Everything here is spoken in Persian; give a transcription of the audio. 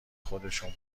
خودشون